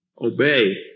Obey